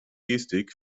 gestik